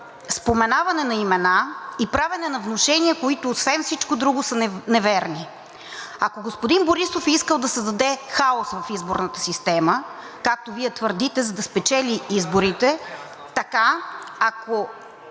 споменаване на имена и правене на внушения, които освен всичко друго са неверни. Ако господин Борисов е искал да създаде хаос в изборната система, както Вие твърдите, за да спечели изборите, ако